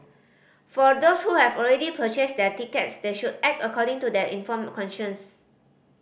for those who have already purchased their tickets they should act according to their informed conscience